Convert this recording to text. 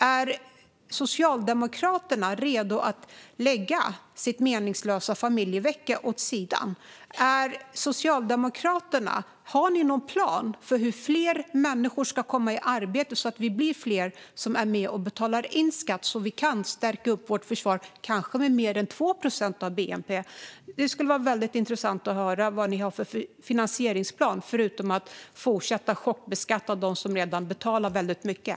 Är Socialdemokraterna redo att lägga sin meningslösa familjevecka åt sidan? Har ni någon plan för hur fler människor ska komma i arbete och betala skatt så att vi kan stärka vårt försvar, kanske med mer än 2 procent av bnp? Det skulle vara intressant att höra vad ni har för finansieringsplan, förutom att fortsätta chockbeskatta dem som redan betalar väldigt mycket.